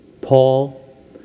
Paul